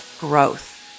growth